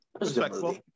Respectful